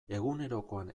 egunerokoan